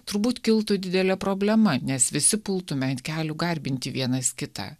turbūt kiltų didelė problema nes visi pultume ant kelių garbinti vienas kitą